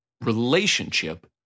relationship